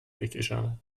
بکشاند